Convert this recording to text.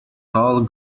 tall